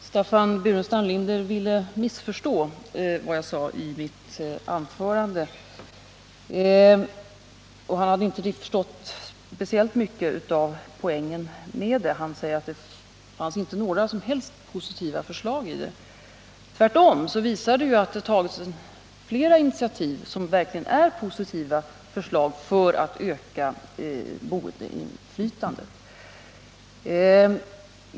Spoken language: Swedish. Herr talman! Staffan Burenstam Linder ville missförstå vad jag sade i mitt anförande. Han hade inte förstått speciellt mycket av poängen med det, och han sade att det inte fanns några som helst positiva förslag i det. Mitt anförande visade tvärtom att det tagits flera initiativ som verkligen är positiva förslag för att utöka boendeinflytandet.